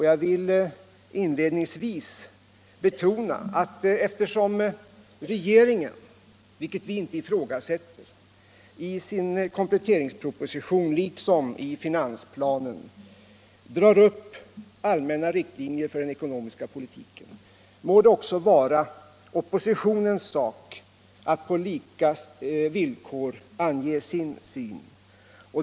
Jag vill inledningsvis betona att eftersom regeringen i sin kompletteringsproposition liksom i finansplanen drar upp allmänna riktlinjer för den ekonomiska politiken — något som vi inte ifrågasätter att den skall göra — må det också vara oppositionens sak att på lika villkor ange sin syn.